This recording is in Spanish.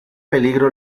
peligro